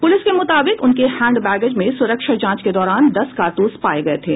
police के मुताबिक उनके हैंड बैगेज में सुरक्षा जांच के दौरान दस कारतूस पाये गये थे